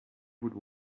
would